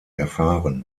erfahren